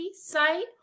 site